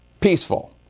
peaceful